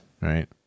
right